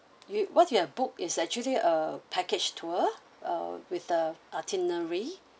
you what you have booked is actually a package tour uh with the itinerary